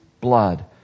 blood